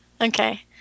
Okay